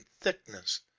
thickness